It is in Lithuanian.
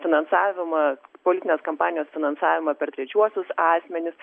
finansavimą politinės kampanijos finansavimą per trečiuosius asmenis